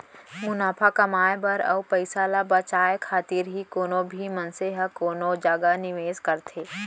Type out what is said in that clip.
मुनाफा कमाए बर अउ पइसा ल बचाए खातिर ही कोनो भी मनसे ह कोनो जगा निवेस करथे